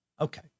Okay